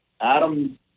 Adam